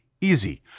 easy